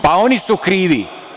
Pa, oni su krivi.